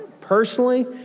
personally